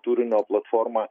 turinio platformą